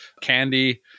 candy